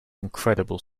incredible